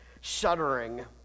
shuddering